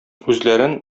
үзләрен